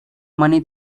money